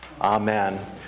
Amen